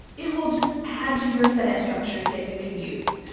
it will just add to your sentence structures that you can use.